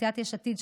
סיעת יש עתיד,